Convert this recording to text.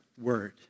word